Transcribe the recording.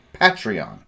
Patreon